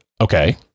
Okay